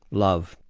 love,